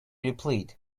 replied